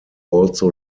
also